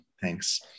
thanks